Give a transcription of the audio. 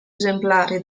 esemplari